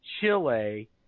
Chile